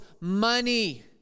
money